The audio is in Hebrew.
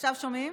עכשיו שומעים?